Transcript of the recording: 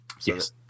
yes